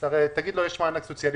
תגיד לו שיש מענק סוציאלי,